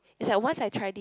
it's like once I tried it